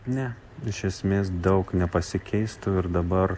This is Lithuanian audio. ne iš esmės daug nepasikeistų ir dabar